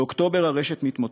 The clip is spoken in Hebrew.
באוקטובר הרשת מתמוטטת.